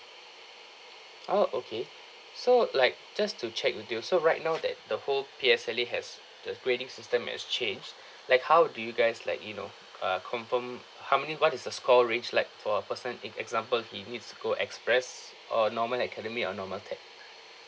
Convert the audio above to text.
oh okay so like just to check with you so right now that the whole P_S_L_E has the grading system has changed like how do you guys like you know uh confirm how many what is the score range like for a person if example he needs go express or normal academic or normal tech